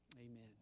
amen